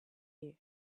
you